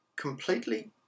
completely